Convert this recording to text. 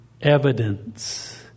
evidence